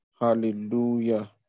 Hallelujah